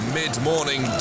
mid-morning